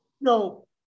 No